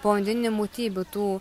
povandeninių būtybių tų